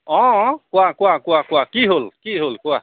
অঁ কোৱা কোৱা কোৱা কোৱা কি হ'ল কি হ'ল কোৱা